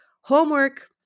homework